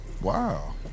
Wow